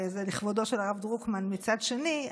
וזה לכבודו של הרב דרוקמן מצד שני,